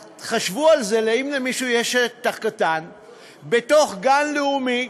חשבו על זה, אם למישהו יש שטח קטן בתוך גן לאומי,